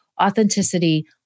Authenticity